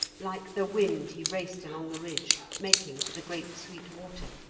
like the wind he raced along the ridge, making for the great sweet water,